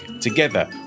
Together